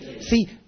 See